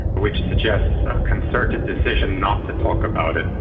which suggests a concerted decision not to talk about it,